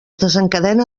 desencadena